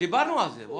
דיברנו על זה.